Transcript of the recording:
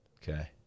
Okay